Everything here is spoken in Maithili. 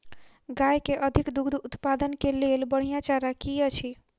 गाय केँ अधिक दुग्ध उत्पादन केँ लेल बढ़िया चारा की अछि?